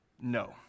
No